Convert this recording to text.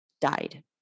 died